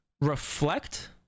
Reflect